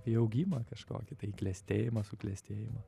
į augimą kažkokį tai į klestėjimą suklestėjimą